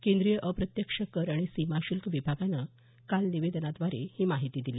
केंद्रीय अप्रत्यक्ष कर आणि सीमाशुल्य विभागानं काल निवेदनाद्वारे ही माहिती दिली